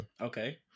okay